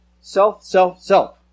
self-self-self